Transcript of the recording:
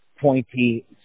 pointy